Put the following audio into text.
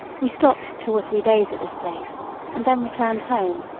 we stopped two or three days at this place and then returned home.